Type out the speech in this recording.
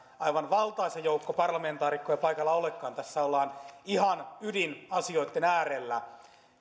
aivan valtaisa joukko parlamentaarikkoja paikalla olekaan tässä ollaan ihan ydinasioitten äärellä